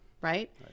right